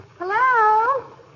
Hello